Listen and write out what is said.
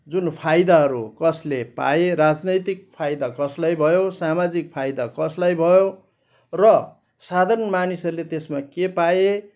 जुन फाइदाहरू कसले पाए राजनैतिक फाइदा कसलाई भयो सामाजिक फाइदा कसलाई भयो र साधारण मानिसहरूले त्यसमा के पाए